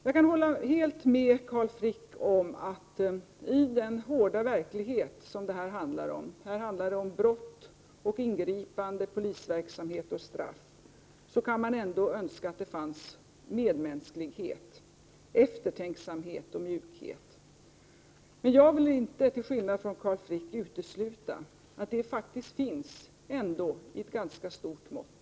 Jag kan helt hålla med Carl Frick om att det, trots den hårda verklighet som det här handlar om — det gäller ju brott, ingripande polisverksamhet och straff — skulle vara önskvärt att det fanns medmänsklighet, eftertanke och mjukhet. Till skillnad från Carl Frick vill jag inte utesluta att det ändå faktiskt finns människor som visar nämnda sidor i ganska stora mått.